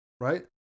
Right